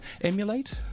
Emulate